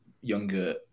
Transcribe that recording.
younger